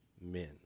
men